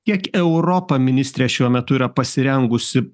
kiek europa ministre šiuo metu yra pasirengusi